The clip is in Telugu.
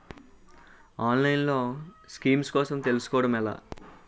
ఆన్లైన్లో స్కీమ్స్ కోసం తెలుసుకోవడం ఎలా?